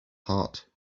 heart